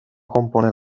componen